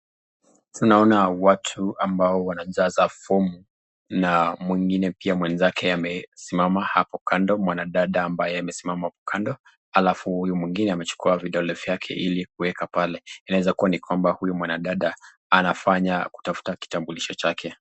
Tunaona watu ambao wanajaza fomu, na mwingine pia mwenzake amesimama hapo kando. Mwawanadada ambaye amesimama kando, alafu huyu amechukua vidole vyake ilikuweza pale. Inawezakuwa ni kwamba huyu mwanadada anafanya kutafuta kitambulisho chake.